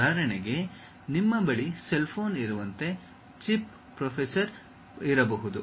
ಉದಾಹರಣೆಗೆ ನಿಮ್ಮ ಬಳಿ ಸೆಲ್ ಫೋನ್ ಇರುವಂತೆ ಚಿಪ್ ಪ್ರೊಸೆಸರ್ ಇರಬಹುದು